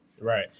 Right